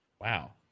Wow